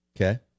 Okay